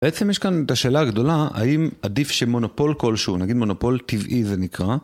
בעצם יש כאן את השאלה הגדולה, האם עדיף שמונופול כלשהו, נגיד מונופול טבעי זה נקרא.